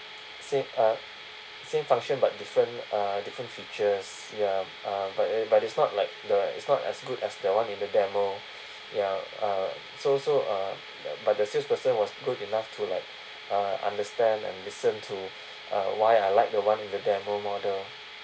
same uh same function but different uh different features ya uh but it but it's not like the it's not as good as that [one] in the demo ya uh so so uh but the salesperson was good enough to like uh understand and listen to uh why I like the one in the demo model